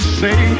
say